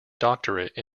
doctorate